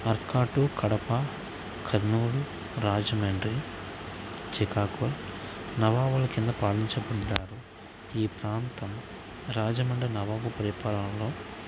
తర్కా టు కడప కర్నూలు రాజమండ్రి చికాగో నవాబుల క్రింద పాలించబడ్డారు ఈ ప్రాంతం రాజమండ్రి నవాబు పరిపాలనలో